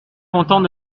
content